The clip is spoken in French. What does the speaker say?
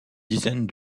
dizaine